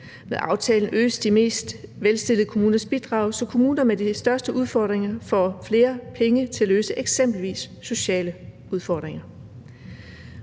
Med aftalen øges de mest velstillede kommuners bidrag, så kommuner med de største udfordringer får flere penge til at løse eksempelvis sociale udfordringer.